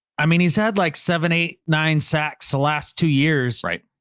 i mean he's had like seven, eight, nine sacks the last two years, right?